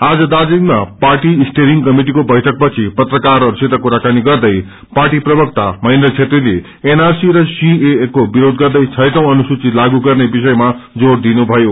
आज दार्जीलिङमा party steering कमिटिको बैठकपछि पत्रस्पारहस्सित कुराकानी गर्दै पार्टी प्रवक्ता महेन्द्र छेत्रीले एनआरसी र सीएए को विरोष गर्दै छैटौं अनुसूचि लागू गर्ने विषयमा जोड़ दिनु भयो